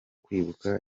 kwibuka